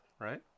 right